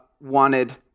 wanted